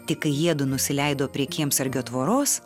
tik kai jiedu nusileido prie kiemsargio tvoros